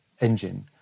engine